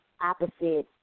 opposite